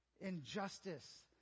injustice